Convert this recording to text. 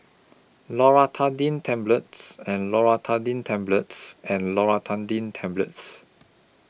Loratadine Tablets and Loratadine Tablets and Loratadine Tablets